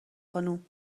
خانم